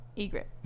egret